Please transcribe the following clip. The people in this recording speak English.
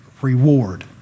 reward